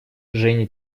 женя